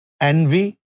envy